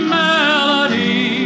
melody